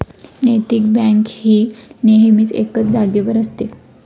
नैतिक बँक ही नेहमीच एकाच जागेवर असते